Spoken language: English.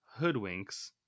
Hoodwinks